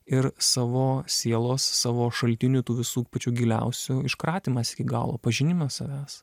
ir savo sielos savo šaltinių tų visų pačių giliausių iškratymas iki galo pažinimas savęs